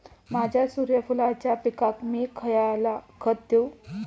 माझ्या सूर्यफुलाच्या पिकाक मी खयला खत देवू?